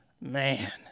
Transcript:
Man